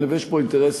יש פה אינטרסים,